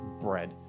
bread